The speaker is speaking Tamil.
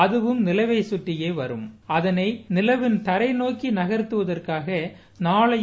அதவும் நிலவைச் கற்றியே வரும் அதனை நிலவின் தரைநோக்கி நகர்த்துவதற்காக நாளையும்